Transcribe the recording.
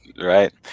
Right